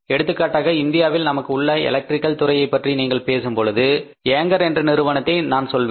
எடுத்துக்காட்டாக இந்தியாவில் நமக்கு உள்ள எலக்ட்ரிக்கல் துறையைப் பற்றி நீங்கள் பேசும் பொழுது ஏங்கர் என்ற நிறுவனத்தை நான் சொல்வேன்